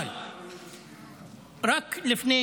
אבל רק לפני